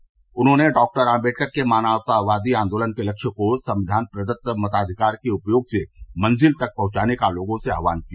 इस अवसर पर उन्होंने डॉक्टर आम्बेडकर के मानवतावादी आन्दोलन के लक्ष्य को संविधान प्रदत्त मताधिकार के उपयोग से मंजिल तक पहुंचाने का लोगों से आहवान किया